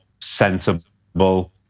sensible